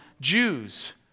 Jews